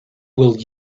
will